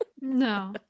No